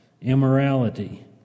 immorality